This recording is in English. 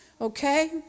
okay